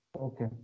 Okay